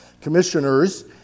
commissioners